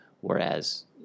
Whereas